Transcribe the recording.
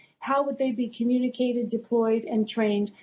how would they be communicating to employees and trainees?